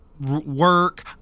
work